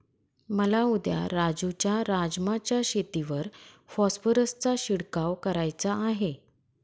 मला उद्या राजू च्या राजमा च्या शेतीवर फॉस्फरसचा शिडकाव करायचा आहे